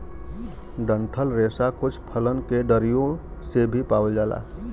डंठल रेसा कुछ फलन के डरियो से भी पावल जाला